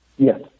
Yes